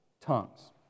tongues